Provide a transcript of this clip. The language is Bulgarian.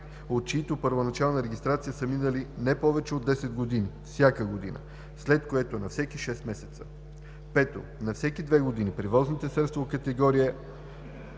от чиято първоначална регистрация са минали не повече от 10 години – всяка година, след което – на всеки 6 месеца; 5. на всеки две години – превозните средства от категории: